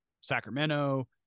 Sacramento